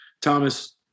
Thomas